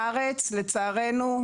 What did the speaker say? בארץ לצערנו,